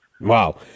Wow